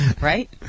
right